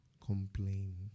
Complain